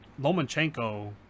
lomachenko